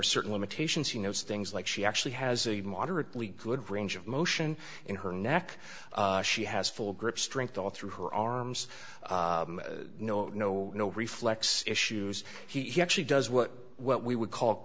are certain limitations he knows things like she actually has a moderately good range of motion in her neck she has full grip strength all through her arms no no no reflex issues he actually does what what we would call